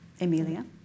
Emilia